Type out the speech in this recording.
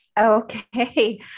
Okay